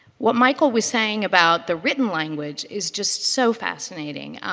what michael was saying about the written language is just so fascinating.